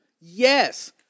Yes